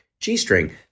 G-string